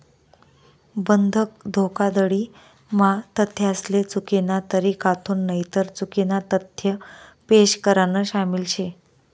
बंधक धोखाधडी म्हा तथ्यासले चुकीना तरीकाथून नईतर चुकीना तथ्य पेश करान शामिल शे